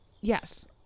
Yes